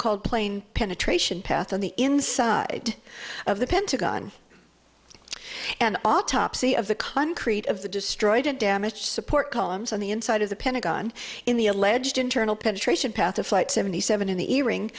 called plain penetration path on the inside of the pentagon and autopsy of the concrete of the destroyed and damage support columns on the inside of the pentagon in the alleged internal penetration path of flight seventy seven in the ring